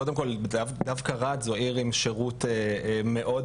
קודם כל, דווקא רהט זו עיר עם שירות מאוד תדיר,